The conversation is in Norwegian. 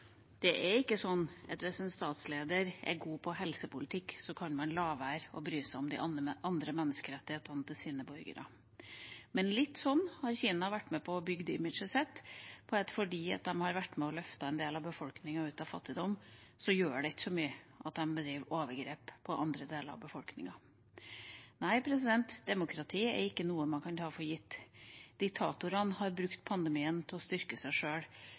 kan man la være å bry seg om de andre menneskerettighetene til sine borgere. Men litt sånn har Kina bygd imaget sitt – fordi de har vært med og løftet en del av befolkningen ut av fattigdom, så gjør det ikke så mye at de bedriver overgrep på andre deler av befolkningen. Nei, demokrati er ikke noe man kan ta for gitt. Diktatorene har brukt pandemien til å styrke seg sjøl.